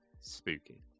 spooky